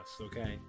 okay